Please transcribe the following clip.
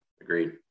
Agreed